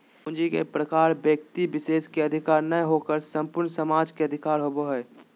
पूंजी के प्रकार व्यक्ति विशेष के अधिकार नय होकर संपूर्ण समाज के अधिकार होबो हइ